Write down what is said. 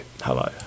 Hello